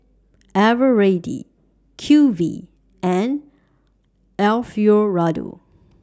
Eveready Q V and Alfio Raldo